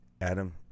Adam